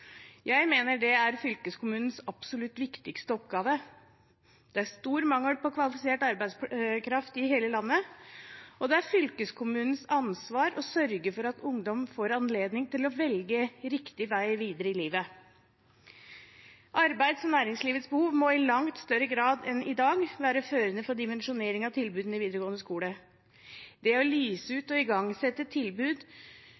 Jeg mener det er fylkeskommunens absolutt viktigste oppgave. Det er stor mangel på kvalifisert arbeidskraft i hele landet, og det er fylkeskommunens ansvar å sørge for at ungdom får anledning til å velge riktig vei videre i livet. Arbeids- og næringslivets behov må i langt større grad enn i dag være førende for dimensjonering av tilbudene i videregående skole. Det å lyse